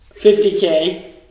50k